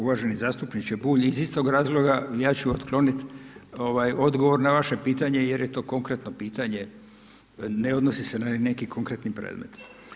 Uvaženi zastupniče Bulj iz istog razloga ja ću otkloniti odgovor na vaše pitanje, jer je to konkretno pitanje, ne odnosi se na neki konkretni predmet.